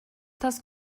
тас